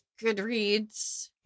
Goodreads